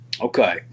okay